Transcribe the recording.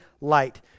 light